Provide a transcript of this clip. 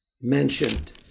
mentioned